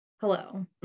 Hello